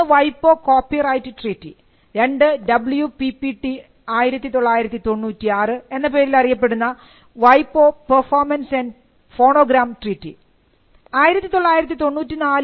ഒന്ന് വൈപോ copyright treaty രണ്ട് ഡബ്ലിയു പി പി ടി 1996 എന്ന പേരിൽ അറിയപ്പെടുന്ന വൈപോ പെർഫോമൻസ് ആൻഡ് ഫോണോഗ്രാം ട്രീറ്റി